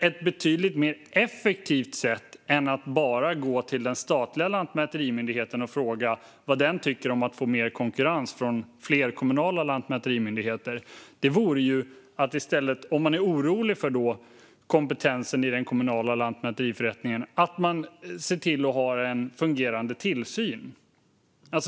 Ett betydligt mer effektivt sätt än att bara gå till den statliga lantmäterimyndigheten och fråga vad den tycker om att få mer konkurrens från fler kommunala lantmäterimyndigheter vore vidare att i stället, om man är orolig för kompetensen i den kommunala lantmäteriförrättningen, se till att ha en fungerande tillsyn.